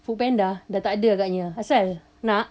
foodpanda dah takde agaknya asal nak